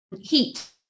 heat